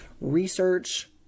research